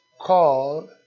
Called